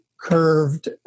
curved